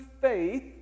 faith